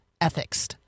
ethics